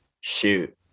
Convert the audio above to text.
shoot